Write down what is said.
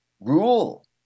rule